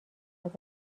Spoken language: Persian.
ازت